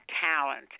Talent